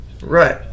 Right